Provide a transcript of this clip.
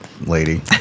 lady